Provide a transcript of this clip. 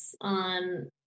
on